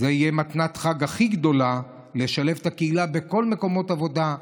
זו תהיה מתנת החג הכי גדולה: לשלב את הקהילה בכל מקומות העבודה,